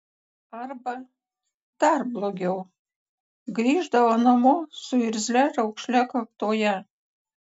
arba dar blogiau grįždavo namo su irzlia raukšle kaktoje